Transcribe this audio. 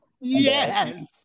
yes